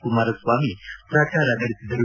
ಕುಮಾರಸ್ವಾಮಿ ಪ್ರಚಾರ ನಡೆಸಿದರು